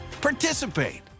Participate